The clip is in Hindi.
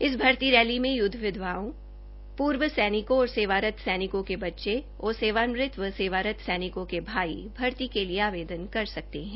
इस भर्ती रैली मे य्द्व विधवाओं पूर्व सैनिकों और सेवारत सैनिकों के बच्चे और सेवानिवृत व सेवारत सैनिकों के भाई भर्ती के लिए आवेदन कर सकते है